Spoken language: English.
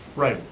right,